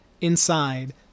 inside